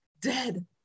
dead